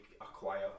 acquire